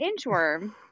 inchworm